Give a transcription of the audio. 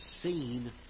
seen